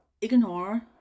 ignore